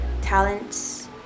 talents